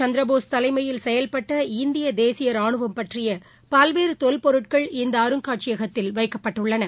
சந்திரபோஸ் தலைமையில் சுபாஷ் செயல்பட்ட இந்தியதேசியராணுவம் பற்றியபல்வேறுதொல்பொருட்கள் இந்தஅருங்காட்சியகத்தில் வைக்கப்பட்டுள்ளன